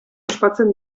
ospatzen